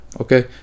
okay